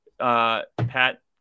Pat